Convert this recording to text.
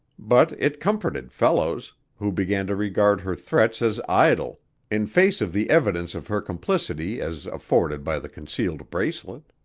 but it comforted fellows, who began to regard her threats as idle in face of the evidence of her complicity as afforded by the concealed bracelet.